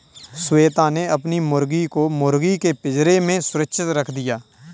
श्वेता ने अपनी मुर्गी को मुर्गी के पिंजरे में सुरक्षित रख दिया